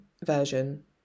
version